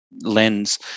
lens